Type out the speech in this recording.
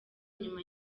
inyuma